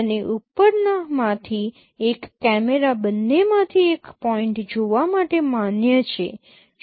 અને ઉપરના માંથી એક કેમેરા બંનેમાંથી એક પોઈન્ટ જોવા માટે માન્ય છે